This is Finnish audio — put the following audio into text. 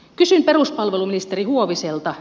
kysyn peruspalveluministeri huoviselta